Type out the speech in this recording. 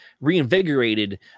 reinvigorated